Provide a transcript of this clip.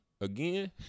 Again